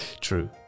true